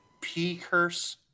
P-curse